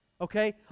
okay